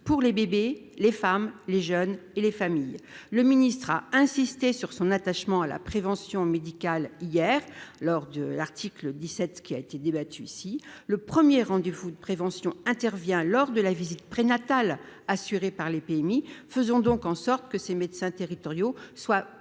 pour les bébés, les femmes, les jeunes et les familles, le ministre a insisté sur son attachement à la prévention médicale hier lors de l'article 17 qui a été débattu ici le 1er rendez-vous de prévention intervient lors de la visite prénatale assuré par les PMI, faisons donc en sorte que ces médecins territoriaux soient pleinement